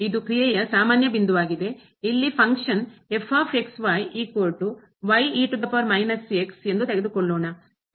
ಇದು ಕ್ರಿಯೆಯ ಸಾಮಾನ್ಯ ಬಿಂದುವಾಗಿದೆ ಇಲ್ಲಿ ಫಂಕ್ಷನ್ ಕಾರ್ಯ ಎಂದು ತೆಗೆದುಕೊಳ್ಳೋಣ